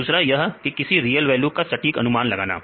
दूसरा यह कि किसी रियल वैल्यू का सटीक अनुमान लगाना